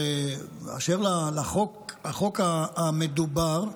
אשר לחוק המדובר,